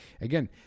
again